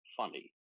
funny